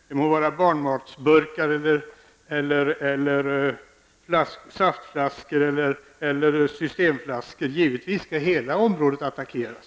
Det må vara barnmatsburkar, saftflaskor, eller systemflaskor. Givetvis skall hela området attackeras.